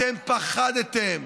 אתם פחדתם.